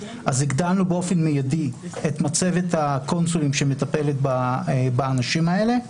הגדלנו באופן מידי את מצבת הקונסולים שמטפלת באנשים האלה.